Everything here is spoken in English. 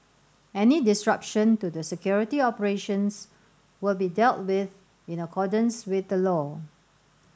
any disruption to the security operations will be dealt with in accordance with the law